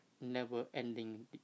never-ending